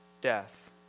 death